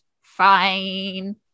fine